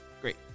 great